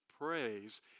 praise